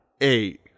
eight